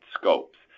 scopes